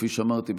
כפי שאמרתי,